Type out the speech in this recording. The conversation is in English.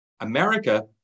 America